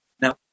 Now